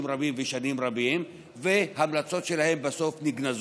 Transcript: רבים ושנים רבות וההמלצות שלהן בסוף נגנזות.